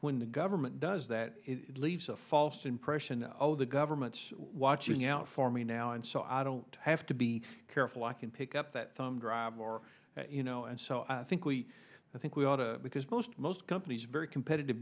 when the government does that it leaves a false impression oh the government's watching out for me now and so i don't have to be careful i can pick up that thumb drive or you know and so i think we i think we ought to because most most companies very competitive